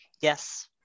yes